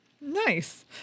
Nice